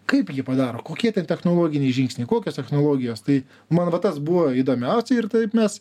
kaip jį padaro kokie ten technologiniai žingsniai kokios technologijos tai man va tas buvo įdomiausia ir taip mes